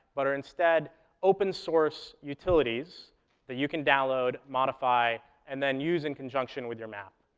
but are instead open-source utilities that you can download, modify, and then use in conjunction with your map.